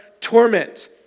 torment